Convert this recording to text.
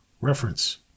Reference